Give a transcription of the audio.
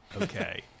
Okay